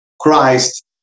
Christ